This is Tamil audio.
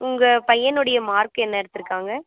உங்கள் பையனுடைய மார்க் என்ன எடுத்துருக்காங்க